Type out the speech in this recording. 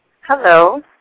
Hello